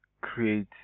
create